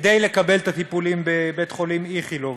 כדי לקבל את הטיפולים בבית-החולים "איכילוב".